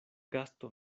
gasto